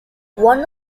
one